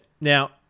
Now